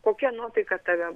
kokia nuotaika tave